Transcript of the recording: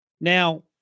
Now